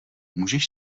můžeš